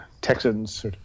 Texans